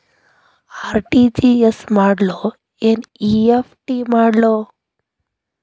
RTGS ಮಾಡ್ಲೊ NEFT ಮಾಡ್ಲೊ?